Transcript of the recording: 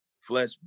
Flesh